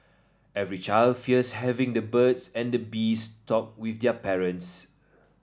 every child fears having the birds and the bees talk with their parents